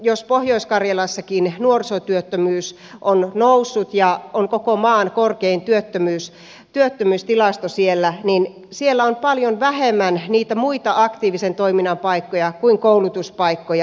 jos pohjois karjalassakin nuorisotyöttömyys on noussut ja on koko maan korkein työttömyystilasto siellä niin siellä on paljon vähemmän niitä muita aktiivisen toiminnan paikkoja kuin koulutuspaikkoja